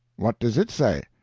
what does it say?